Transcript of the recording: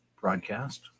broadcast